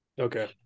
Okay